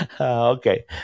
Okay